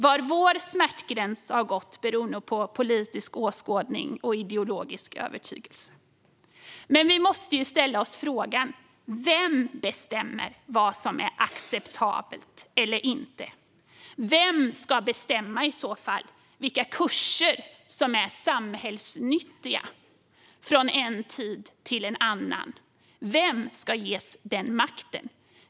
Var vår smärtgräns har gått beror nog på politisk åskådning och ideologisk övertygelse. Vi måste ställa oss frågan: Vem bestämmer vad som är acceptabelt eller inte? Vem ska i så fall bestämma vilka kurser som är samhällsnyttiga från en tid till en annan? Vem ska ges den makten?